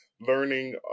learning